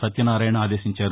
సత్యనారాయణ ఆదేశించారు